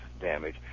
damage